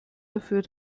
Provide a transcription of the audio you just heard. dafür